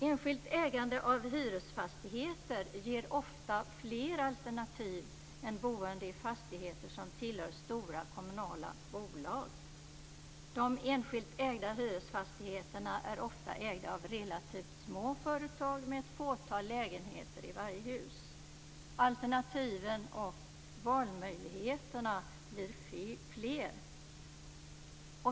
Enskilt ägande av hyresfastigheter ger ofta fler alternativ än boende i fastigheter som tillhör stora kommunala bolag. De enskilt ägda hyresfastigheterna är ofta ägda av relativt små företag med ett fåtal lägenheter i varje hus. Alternativen och valmöjligheterna blir fler.